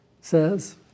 says